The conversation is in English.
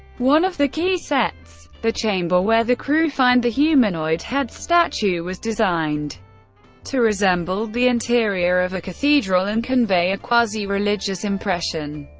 one of the key sets, the chamber where the crew find the humanoid-head statue, was designed to resemble the interior of a cathedral and convey a quasi-religious impression.